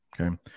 okay